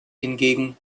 hingegen